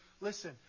listen